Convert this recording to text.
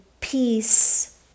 peace